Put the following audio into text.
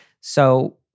So-